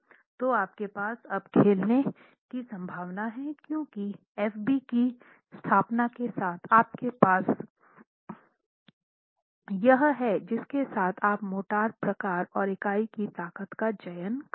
तो आपके पास अब खेलने की संभावना है क्योंकि fb की स्थापना के साथ आपके पास यह है जिसके साथ आप मोर्टार प्रकार और इकाई की ताकत का चयन करेंगे